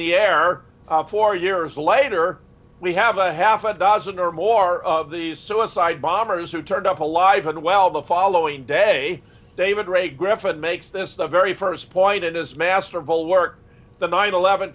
the air four years later we have a half a dozen or more of these suicide bombers who turned up alive and well the following day david ray griffin makes this the very first point in his master volume work the nine eleven